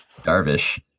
Darvish